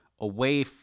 away